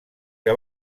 que